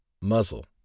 Muzzle